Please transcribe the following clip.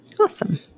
Awesome